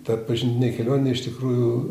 ta pažintinė kelionė iš tikrųjų